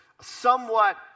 somewhat